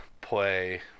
play